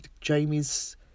Jamie's